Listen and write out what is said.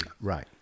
Right